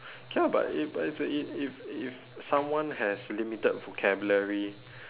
okay ah but if if if if if if someone has limited vocabulary